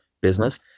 business